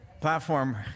platform